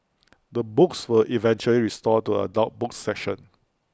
the books were eventually restored to adult books section